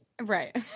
Right